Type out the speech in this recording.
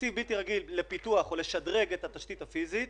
תקציב בלתי רגיל לפיתוח או לשדרוג התשתית הפיזית.